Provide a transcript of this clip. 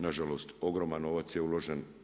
Na žalost ogroman novac je uložen.